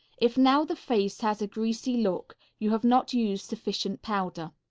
if now the face has a greasy look, you have not used sufficient powder.